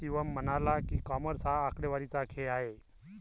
शिवम म्हणाला की, कॉमर्स हा आकडेवारीचा खेळ आहे